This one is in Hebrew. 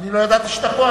לא ידעתי שאתה פה,